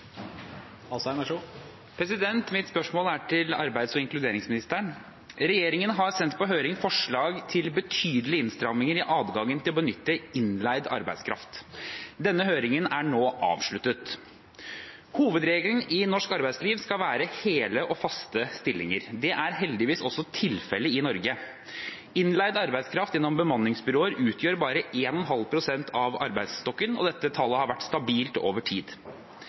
Mitt spørsmål er til arbeids- og inkluderingsministeren. Regjeringen har sendt på høring forslag til betydelige innstramminger i adgangen til å benytte innleid arbeidskraft. Denne høringen er nå avsluttet. Hovedregelen i norsk arbeidsliv skal være hele og faste stillinger. Det er heldigvis også tilfellet i Norge. Innleid arbeidskraft gjennom bemanningsbyråer utgjør bare 1,5 pst. av arbeidsstokken, og dette tallet har vært stabilt over tid.